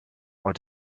are